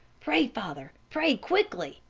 pray, father! pray quickly,